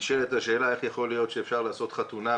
נשאלת השאלה איך יכול להיות שאפשר לעשות חתונה,